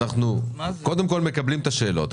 אנחנו קודם כול מקבלים את השאלות,